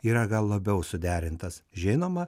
yra gal labiau suderintas žinoma